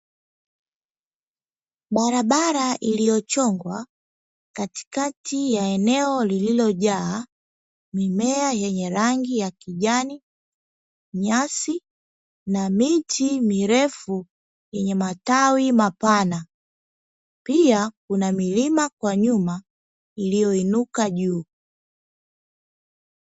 Barabara iliyochongwa, katikati ya eneo lililojaa mimea yenye rangi ya kijani, nyasi na miti mirefu yenye matawi mapana, pia kuna milima kwa nyuma iliyoinuka juu.